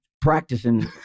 practicing